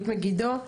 מגידו.